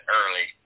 early